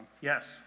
Yes